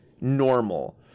normal